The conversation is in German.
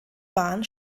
bahn